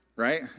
Right